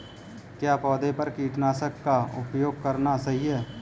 क्या पौधों पर कीटनाशक का उपयोग करना सही है?